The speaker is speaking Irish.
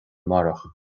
amárach